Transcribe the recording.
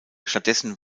stattdessen